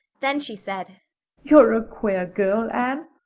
then she said you're a queer girl, anne.